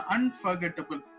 Unforgettable